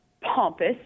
pompous